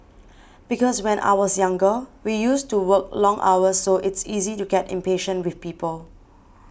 because when I was younger we used to work long hours so it's easy to get impatient with people